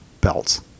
belts